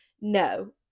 no